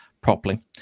properly